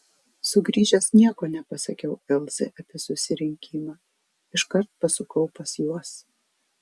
sugrįžęs nieko nepasakiau elzai apie susirinkimą iškart pasukau pas juos